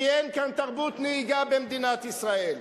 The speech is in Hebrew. כי אין כאן תרבות נהיגה, במדינת ישראל.